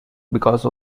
because